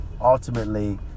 ultimately